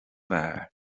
bhfear